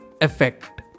effect